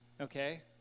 okay